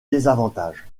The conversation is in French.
désavantages